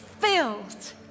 filled